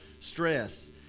stress